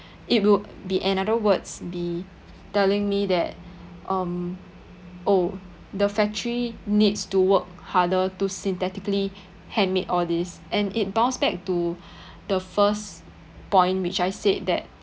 it would be another words be telling me that um oh the factory needs to work harder to synthetically handmade all this and it bounce back to the first point which I said that